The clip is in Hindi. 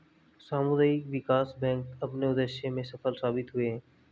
सामुदायिक विकास बैंक अपने उद्देश्य में सफल साबित हुए हैं